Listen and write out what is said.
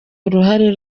uruhare